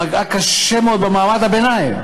פגעה קשה מאוד במעמד הביניים,